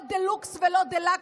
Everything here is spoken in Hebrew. לא דה-לוקס ולא דה-לקס,